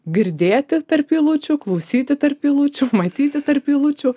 girdėti tarp eilučių klausyti tarp eilučių matyti tarp eilučių